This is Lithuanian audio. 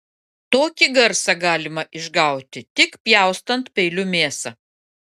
tokį garsą galima išgauti tik pjaustant peiliu mėsą